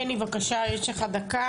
בני, בבקשה, יש לך דקה.